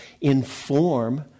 inform